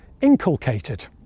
inculcated